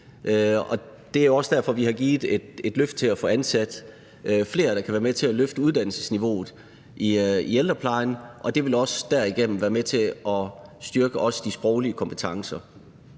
og det er også derfor, vi har givet et løft til at få ansat flere, der kan være med til at løfte uddannelsesniveauet i ældreplejen, og det vil også derigennem være med til at styrke også de sproglige kompetencer.